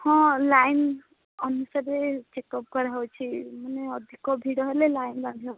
ହଁ ଲାଇନ୍ ଅନୁସାରେ ଚେକପ୍ କରାହୋଉଛି ମାନେ ଅଧିକ ଭିଡ଼ ହେଲେ ଲାଇନ୍ ବାନ୍ଧିବାକୁ ପଡ଼ୁଛି